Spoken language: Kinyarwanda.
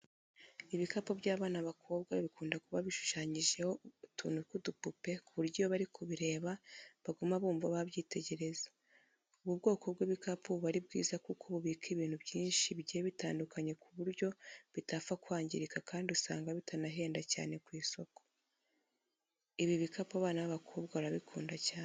Ibikapu by'abana b'abakobwa bikunda kuba bishushanyijeho utuntu tw'udupupe ku buryo iyo bari kubireba baguma bumva babyitegereza. Ubu bwoko bw'ibikapu buba ari bwiza kuko bubika ibintu byinshi bigiye bitandukanye ku buryo bitapfa kwangirika kandi usanga bitanahenda cyane ku isoko. Ibi bikapu abana b'abakobwa barabikunda cyane.